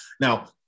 now-